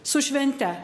su švente